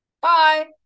Bye